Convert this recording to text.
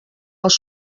els